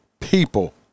people